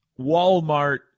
Walmart